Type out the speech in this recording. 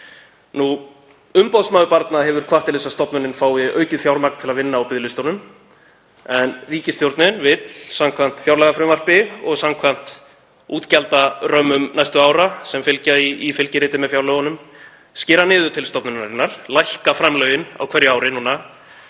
Umboðsmaður barna hefur hvatt til þess að stofnunin fái aukið fjármagn til að vinna á biðlistunum en ríkisstjórnin vill samkvæmt fjárlagafrumvarpi og samkvæmt útgjaldarömmum næstu ára, sem fylgja í fylgiriti með fjárlögunum, skera niður til stofnunarinnar, lækka framlögin á hverju ári,